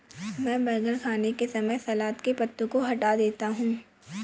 मैं बर्गर खाने के समय सलाद के पत्तों को हटा देता हूं